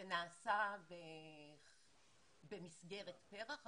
זה נעשה במסגרת פר"ח,